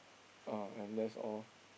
uh and that's all